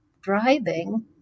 driving